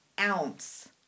ounce